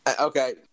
Okay